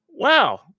wow